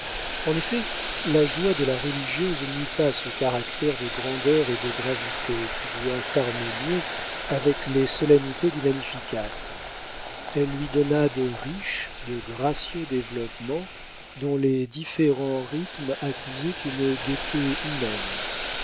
en effet la joie de la religieuse n'eut pas ce caractère de grandeur et de gravité qui doit s'harmonier avec les solennités du magnificat elle lui donna de riches de gracieux développements dont les différents rhythmes accusaient une gaieté humaine